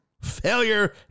failure